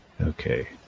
Okay